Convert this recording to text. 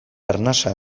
arnasa